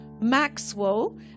Maxwell